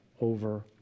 over